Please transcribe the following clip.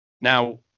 Now